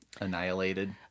annihilated